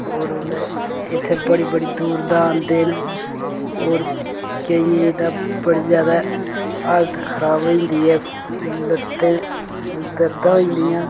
होर उंदै इत्थै बड़ी बड़ी दूर दा आंदे न होर केइयें दी ते बड़ी ज्यादा हालत खराब होई जंदी ऐ लत्तें दर्दां होई जंदियां